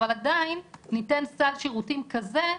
אבל עדיין ניתן סל שירותים כזה,